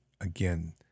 Again